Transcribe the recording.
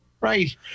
Right